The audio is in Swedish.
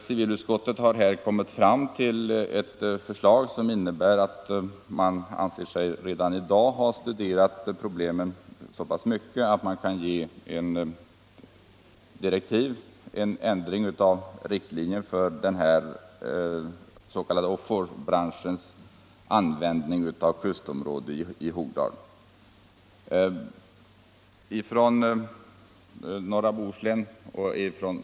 Civilutskottet anser att problemet redan i dag har studerats så ingående att man kan ge direktiv för ändring av riktlinjerna för oljeplattformstillverkningens användning av kustområdet i Hogdal.